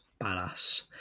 badass